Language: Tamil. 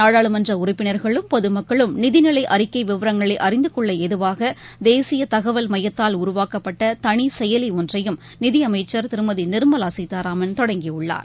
நாடாளுமன்றஉறுப்பினர்களும் பொதுமக்களும் நிதிநிலைஅறிக்கைவிவரங்களைஅறிந்துகொள்ளஏதுவாக தேசியதகவல் மையத்தால் உருவாக்கப்பட்டதனிசெயலிஒன்றையும் நிதிஅமைச்சர் திருமதிநிர்மலாசீதாராமன் தொடங்கிடள்ளார்